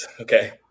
Okay